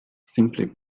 simply